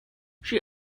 she